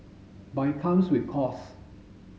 but it comes with costs